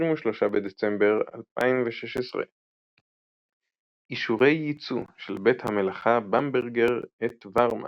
23 בדצמבר 2016 אישורי יצוא של בית המלאכה במברגר את ואהרמן,